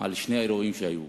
על שני האירועים שהיו.